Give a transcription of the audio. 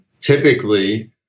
typically